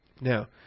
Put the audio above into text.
Now